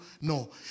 No